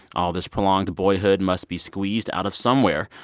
all this prolonged boyhood must be squeezed out of somewhere.